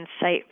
site